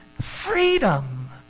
Freedom